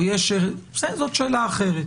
זאת שאלה אחרת,